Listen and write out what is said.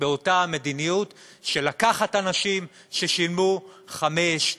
באותה המדיניות: לקחת אנשים ששילמו חמש,